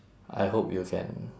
I hope you can